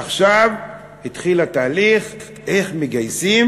עכשיו התחיל התהליך איך מגייסים